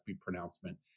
pronouncement